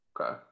Okay